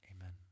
amen